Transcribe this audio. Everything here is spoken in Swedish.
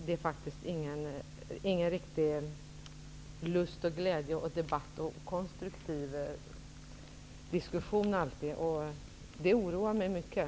Det är faktiskt inte alltid någon riktig lust och glädje och konstruktiv diskussion. Det oroar mig mycket.